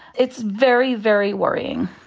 it's very, very worrying.